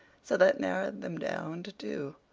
so that narrowed them down to two.